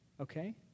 okay